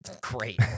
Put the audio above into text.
Great